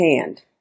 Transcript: hand